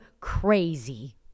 crazy